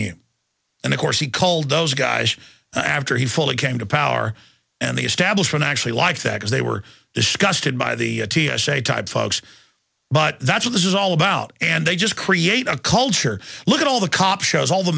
you and of course he called those guys after he fully came to power and the establishment actually like that because they were disgusted by the t s a type folks but that's what this is all about and they just create a culture look at all the cop shows all the